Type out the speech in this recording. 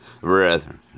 brethren